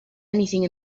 anything